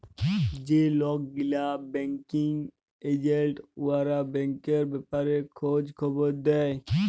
যে লক গিলা ব্যাংকিং এজেল্ট উয়ারা ব্যাংকের ব্যাপারে খঁজ খবর দেই